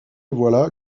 voilà